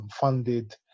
funded